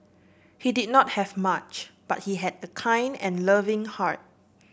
he did not have much but he had a kind and loving heart